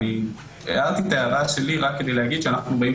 אני הערתי את הערה שלי רק כדי להגיד שאנחנו בעצם